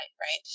right